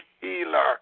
healer